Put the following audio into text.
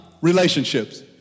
relationships